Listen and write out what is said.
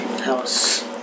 house